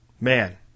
man